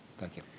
thank you.